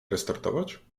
restartować